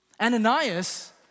Ananias